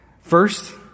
First